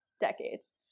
decades